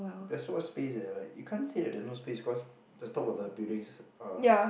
there's so much space eh like you can't say that there's no space because the top of the buildings are